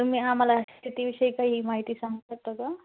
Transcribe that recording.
तुम्ही आम्हाला शेतीविषयी काही माहिती सांगू शकता का